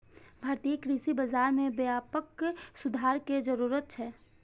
भारतीय कृषि बाजार मे व्यापक सुधार के जरूरत छै